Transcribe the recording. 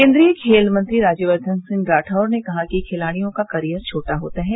केन्द्रीय खेल मंत्री राज्यवर्द्वन सिंह राठौर ने कहा है कि खिलाड़ियों का करियर छोटा होता है